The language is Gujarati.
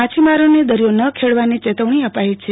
માછીમારોન દરિયો ન ખડવાની ચેતવણી અપાઈ છે